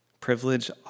Privilege